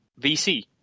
vc